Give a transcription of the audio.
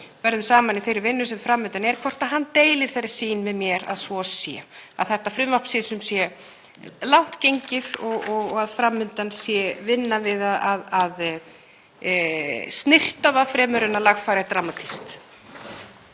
bera saman í þeirri vinnu sem fram undan er, hvort hann deili þeirri sýn með mér að svo sé, að þetta frumvarp sé sem sé langt gengið og að fram undan sé vinna við að snyrta það fremur en að lagfæra dramatískt.